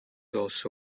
also